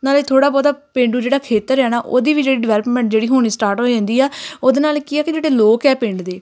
ਨਾਲੇ ਥੋੜ੍ਹਾ ਬਹੁਤਾ ਪੇਂਡੂ ਜਿਹੜਾ ਖੇਤਰ ਆ ਨਾ ਉਹਦੀ ਵੀ ਜਿਹੜੀ ਡਿਵੈਲਪਮੈਂਟ ਜਿਹੜੀ ਹੋਣੀ ਸਟਾਰਟ ਜਾਂਦੀ ਆ ਉਹਦੇ ਨਾਲ ਕੀ ਆ ਕਿ ਜਿਹੜੇ ਲੋਕ ਆ ਪਿੰਡ ਦੇ